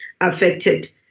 affected